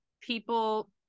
people